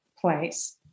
place